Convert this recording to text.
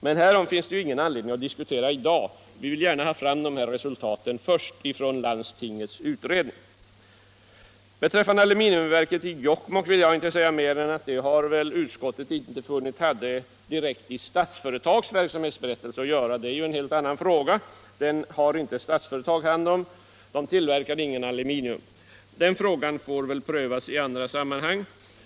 Men härom finns det ju ingen anledning att diskutera i dag — vi vill gärna ha fram de här resultaten först från landstingens utredning. Beträffande aluminiumverket i Jokkmokk vill jag inte säga mer än att utskottet inte funnit att detta hör hemma direkt i Statsföretags verksamhetsberättelse. Det är en helt annan fråga. Den har inte Statsföretag hand om -— Statsföretag tillverkar inget aluminium. Den frågan får väl prövas i andra sammanhang.